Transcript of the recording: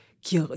qui